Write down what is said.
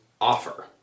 offer